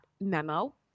memo